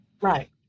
Right